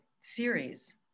series